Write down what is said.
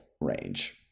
range